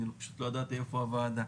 אני פשוט לא ידעתי איפה הוועדה.